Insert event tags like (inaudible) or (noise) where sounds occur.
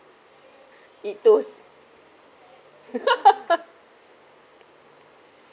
(breath) eat toast (laughs)